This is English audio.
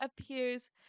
appears